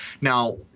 now